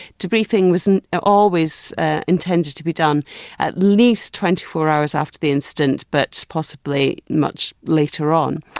debriefing was always ah intended to be done at least twenty four hours after the incident but possibly much later on.